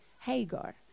Hagar